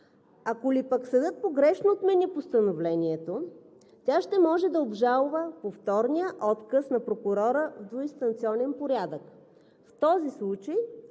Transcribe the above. Ако ли пък съдът погрешно отмине постановлението, тя ще може да обжалва повторния отказ на прокурора в двуинстанционен порядък. В този случай,